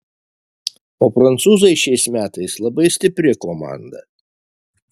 o prancūzai šiais metais labai stipri komanda